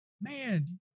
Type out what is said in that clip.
man